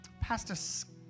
Pastor